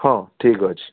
ହଁ ଠିକ୍ ଅଛି